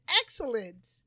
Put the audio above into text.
excellent